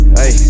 hey